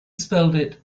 spelled